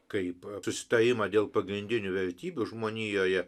kaip susitarimą dėl pagrindinių vertybių žmonijoje